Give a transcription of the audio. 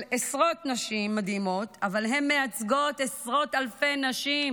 עשרות נשים מדהימות אבל שמייצגות עשרות אלפי נשים